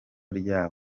ryawe